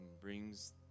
brings